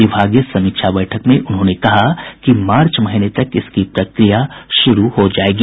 विभागीय समीक्षा बैठक में उन्होंने कहा कि मार्च महीने तक इसकी प्रक्रिया शुरू हो जायेगी